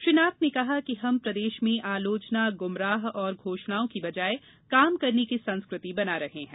श्री नाथ ने कहा कि हम प्रदेश में आलोचना गुमराह और घोषणाओं की बजाय काम करने की संस्कृति बना रहे हैं